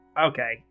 Okay